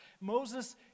Moses